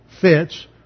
fits